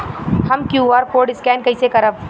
हम QR code scan कइसे करब?